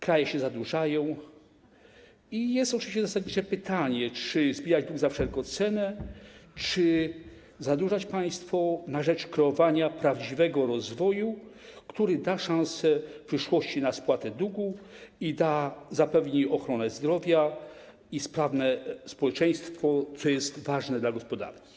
Kraje się zadłużają i jest oczywiście zasadnicze pytanie: Czy zbijać dług za wszelką cenę, czy zadłużać państwo na rzecz kreowania prawdziwego rozwoju, który da szansę w przyszłości na spłatę długu i zapewni ochronę zdrowia i sprawne społeczeństwo, co jest dobre dla gospodarki?